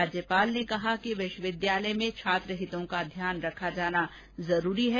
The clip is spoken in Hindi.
राज्यपाल ने कहा कि विश्वविद्यालय में छात्र हितों का ध्यान रखा जाना जरूरी है